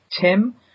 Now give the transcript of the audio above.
Tim